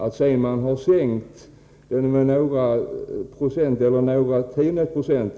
Att man för någon tid sedan sänkte arbetslösheten med några tiondels procent